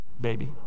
baby